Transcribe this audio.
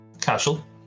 casual